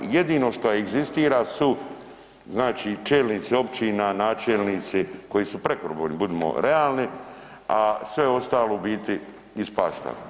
Jedino što egzistira su, znači čelnici općina, načelnici koji su prekobrojni budimo realni, a sve ostalo u biti ispašta.